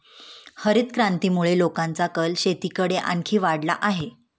हरितक्रांतीमुळे लोकांचा कल शेतीकडे आणखी वाढला आहे